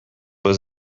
was